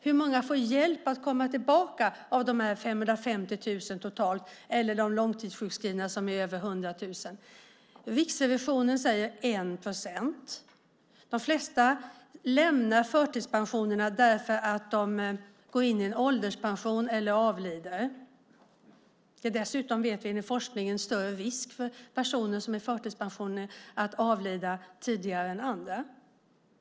Hur många av de totalt 550 000, eller de långtidssjukskrivna som är över 100 000, får hjälp att komma tillbaka? Riksrevisionen säger att det är 1 procent. De flesta lämnar förtidspensioneringen därför att de går in i ålderspension eller avlider. Dessutom vet vi enligt forskningen att det är större risk för personer som är förtidspensionärer att avlida tidigare än andra.